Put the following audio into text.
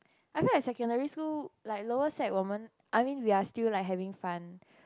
I feel like secondary school like lower sec wo men I mean we are still like having fun